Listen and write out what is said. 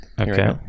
Okay